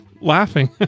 laughing